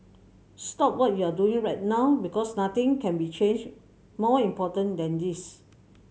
stop what you're doing right now because nothing can be changed more important than this